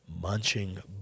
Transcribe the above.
Munching